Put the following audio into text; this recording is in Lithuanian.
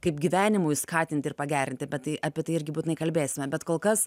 kaip gyvenimui skatinti ir pagerinti bet tai apie tai irgi būtinai kalbėsime bet kol kas